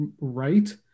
right